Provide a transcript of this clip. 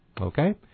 Okay